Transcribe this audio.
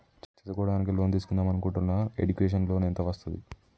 చదువుకోవడానికి లోన్ తీస్కుందాం అనుకుంటున్నా ఎడ్యుకేషన్ లోన్ ఎంత వస్తది?